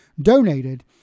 donated